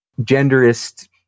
genderist